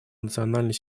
национальной